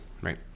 right